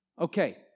Okay